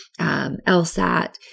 LSAT